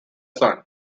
son